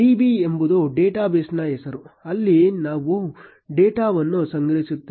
Db ಎಂಬುದು ಡೇಟಾಬೇಸ್ನ ಹೆಸರು ಅಲ್ಲಿ ನಾವು ಡೇಟಾವನ್ನು ಸಂಗ್ರಹಿಸುತ್ತೇವೆ